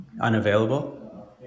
unavailable